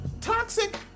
toxic